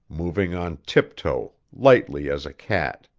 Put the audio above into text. moving on tiptoe, lightly as a cat.